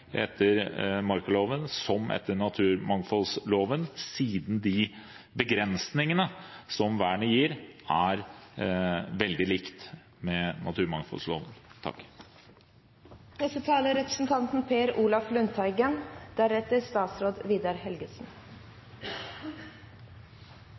etter markaloven som etter naturmangfoldloven, siden de begrensningene som vernet gir, er veldig lik dem som gjelder i naturmangfoldloven. Dette er